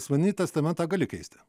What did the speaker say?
sumanytas tame ką gali keisti